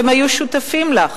והם היו שותפים לך,